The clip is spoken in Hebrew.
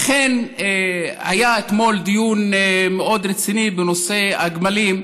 לכן היה אתמול דיון מאוד רציני בנושא הגמלים.